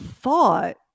thought